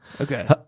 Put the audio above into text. Okay